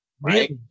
right